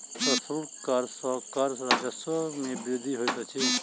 प्रशुल्क कर सॅ कर राजस्व मे वृद्धि होइत अछि